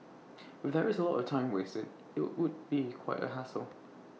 if there is A lot of time wasted IT would be quite A hassle